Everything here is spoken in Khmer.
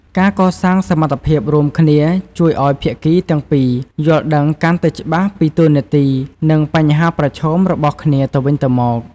ការកសាងសមត្ថភាពរួមគ្នាជួយឱ្យភាគីទាំងពីរយល់ដឹងកាន់តែច្បាស់ពីតួនាទី និងបញ្ហាប្រឈមរបស់គ្នាទៅវិញទៅមក។